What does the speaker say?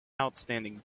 outstanding